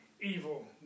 evil